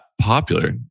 popular